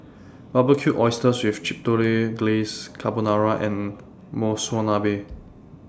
Barbecued Oysters with Chipotle Glaze Carbonara and Monsunabe